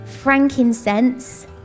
frankincense